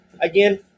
again